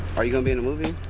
are you gonna be in the movie?